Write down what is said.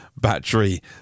battery